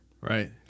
Right